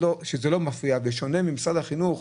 במשרד החינוך,